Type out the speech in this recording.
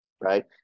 right